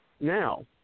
now